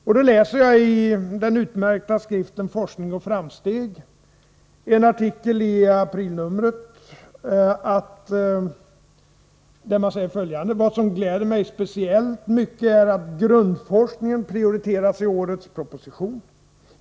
Jag har läst en artikel i aprilnumret av den utmärkta skriften ”Forskning och framsteg” ; och där sägs följande: ”Vad som glädjer mig speciellt mycket är att grundforskningen prioriteras i årets proposition.